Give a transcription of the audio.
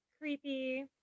creepy